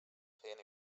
feien